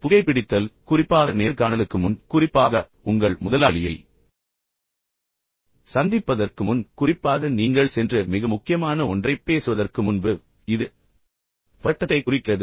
புகைபிடித்தல் குறிப்பாக நேர்காணலுக்கு முன் குறிப்பாக உங்கள் முதலாளியை சந்திப்பதற்கு முன் குறிப்பாக நீங்கள் சென்று மிக முக்கியமான ஒன்றைப் பேசுவதற்கு முன்பு இது பதட்டத்தைக் குறிக்கிறது